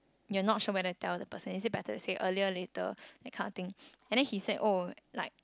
you're not sure whether to tell the person is it better to say earlier later that kind of thing and then he said oh like